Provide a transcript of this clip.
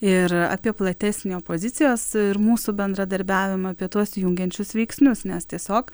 ir apie platesnį opozicijos ir mūsų bendradarbiavimą apie tuos jungiančius veiksnius nes tiesiog